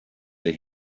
léi